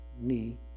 knee